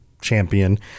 champion